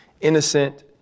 innocent